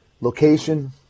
location